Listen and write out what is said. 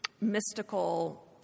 mystical